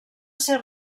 ser